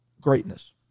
greatness